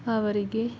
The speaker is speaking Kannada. ಅವರಿಗೆ